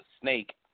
snake